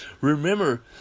Remember